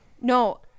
No